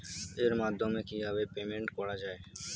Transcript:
এর মাধ্যমে কিভাবে পেমেন্ট করা য়ায়?